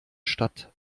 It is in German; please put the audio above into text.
stadt